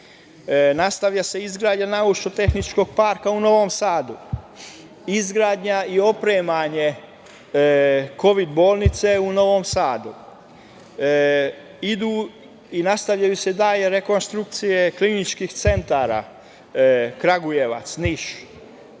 nastavlja se izgradnja Naučno-tehničkog parka u Novom Sadu, izgradnja i opremanje Kovid bolnice u Novom Sadu, idu i nastavljaju se dalje rekonstrukcije kliničkih centara Kragujevac, Niš,